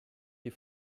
die